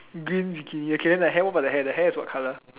green bikini okay what about the hair the hair is what color